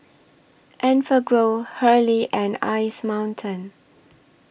Enfagrow Hurley and Ice Mountain